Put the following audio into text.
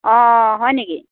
অঁ হয় নেকি